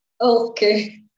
Okay